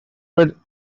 were